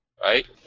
Right